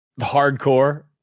hardcore